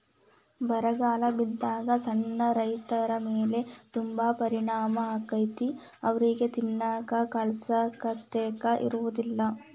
ಬರಗಾಲ ಬಿದ್ದಾಗ ಸಣ್ಣ ರೈತರಮೇಲೆ ತುಂಬಾ ಪರಿಣಾಮ ಅಕೈತಿ ಅವ್ರಿಗೆ ತಿನ್ನಾಕ ಕಾಳಸತೆಕ ಇರುದಿಲ್ಲಾ